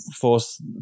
force